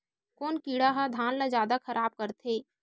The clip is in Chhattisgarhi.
कोन कीड़ा ह धान ल जादा खराब करथे?